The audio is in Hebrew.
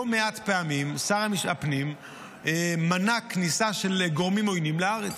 לא מעט פעמים שר הפנים מנע כניסה של גורמים עוינים לארץ.